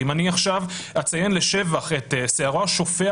אם אני עכשיו אציין לשבח את שערו השופע